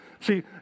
See